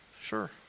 sure